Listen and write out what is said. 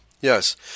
Yes